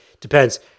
depends